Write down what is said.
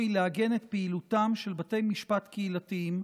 היא לעגן את פעילותם של בתי משפט קהילתיים,